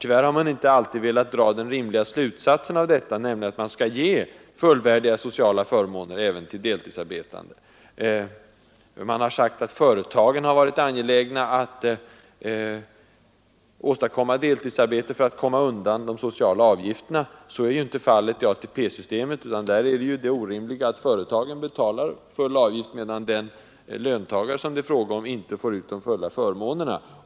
Tyvärr har man inte alltid velat dra den rimliga slutsatsen av detta, nämligen att man skall ge fullvärdiga sociala förmåner även till deltidsarbetande. Det har sagts att företagen varit angelägna att åstadkomma deltidsarbeten för att komma undan de sociala avgifterna. Så är inte fallet i ATP-systemet, utan där är det så orimligt att företagen betalar full avgift medan den löntagare som det är fråga om inte får ut de fulla förmånerna.